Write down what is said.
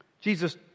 Jesus